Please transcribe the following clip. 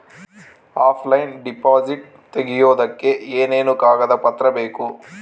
Offline deposit ತೆಗಿಯೋದಕ್ಕೆ ಏನೇನು ಕಾಗದ ಪತ್ರ ಬೇಕು?